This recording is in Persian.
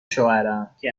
شوهرم، که